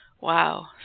Wow